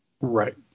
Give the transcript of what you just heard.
Right